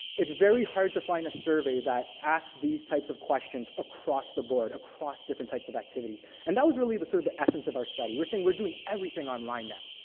it's very hard to find a survey that asks these types of questions across the board, across different types of activities. and that was really the sorta the essence of our study. we're saying we're doing everything online now.